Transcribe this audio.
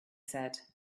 said